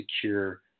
secure